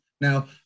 Now